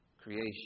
creation